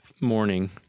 morning